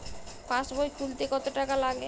পাশবই খুলতে কতো টাকা লাগে?